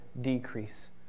decrease